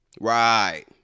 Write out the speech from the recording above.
Right